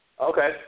Okay